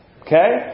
Okay